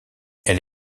elle